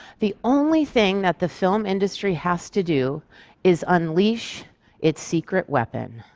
the only thing that the film industry has to do is unleash its secret weapon,